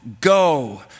go